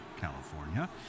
California